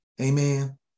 Amen